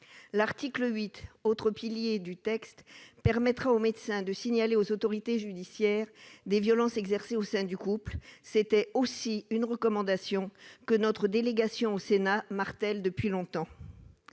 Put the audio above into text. L'article 8, autre pilier du texte, permettra aux médecins de signaler aux autorités judiciaires des violences exercées au sein du couple. C'était aussi une recommandation, martelée depuis longtemps,